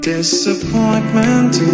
Disappointment